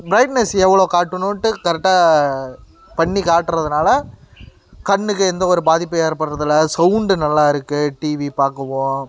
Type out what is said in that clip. brightness எவ்வளோ காட்டுனுன்ட்டு கரெக்டாக பண்ணி காட்டுறதுனால கண்ணுக்கு எந்த ஒரு பாதிப்பும் ஏற்படறதில்லை சௌண்டு நல்லாயிருக்கு டிவி பார்க்கவும்